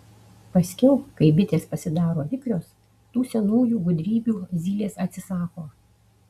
paskiau kai bitės pasidaro vikrios tų senųjų gudrybių zylės atsisako